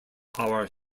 our